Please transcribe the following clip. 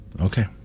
Okay